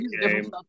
game